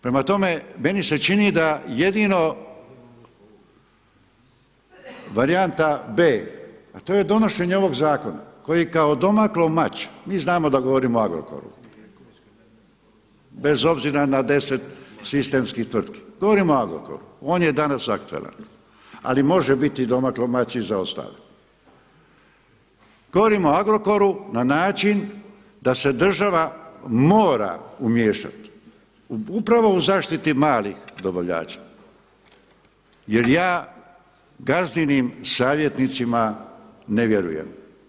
Prema tome meni se čini da jedino varijanta B a to je donošenje ovog zakona koji kao domakao mač, mi znamo da govorimo o Agrokoru bez obzira na 10 sistemskih tvrtki, govorimo o Agrokoru, on je danas aktualan ali može biti domakao mač i za ostale, govorimo o Agrokoru na način da se država mora umiješati upravo u zaštiti malih dobavljača jer ja gazdinim savjetnicima ne vjerujem.